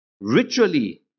ritually